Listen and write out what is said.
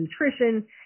nutrition